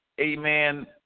Amen